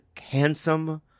handsome